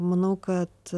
manau kad